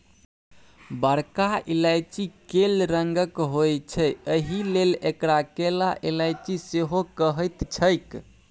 बरका इलायची कैल रंगक होइत छै एहिलेल एकरा कैला इलायची सेहो कहैत छैक